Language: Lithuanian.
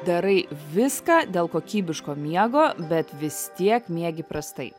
darai viską dėl kokybiško miego bet vis tiek miegi prastai